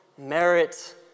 Merit